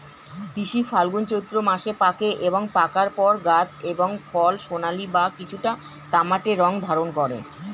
তিসি ফাল্গুন চৈত্র মাসে পাকে এবং পাকার পর গাছ এবং ফল সোনালী বা কিছুটা তামাটে রং ধারণ করে